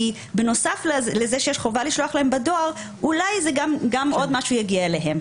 כי בנוסף לזה שיש חובה לשלוח להם בדואר אולי גם עוד משהו יגיע אליהם.